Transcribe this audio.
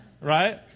right